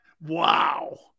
Wow